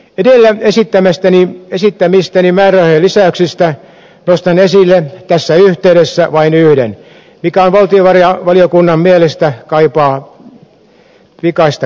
edellä esittämistäni määrärahojen lisäyksistä nostan esille tässä yhteydessä vain yhden mikä valtiovarainvaliokunnan mielestä kaipaa pikaista korjausta